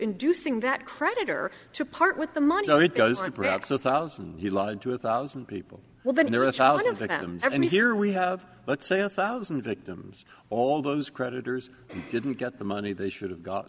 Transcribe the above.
inducing that creditor to part with the money so it goes on perhaps a thousand he lied to a thousand people well then they're a child of victims and here we have let's say a thousand victims all those creditors didn't get the money they should have got